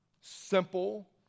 simple